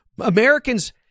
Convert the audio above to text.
Americans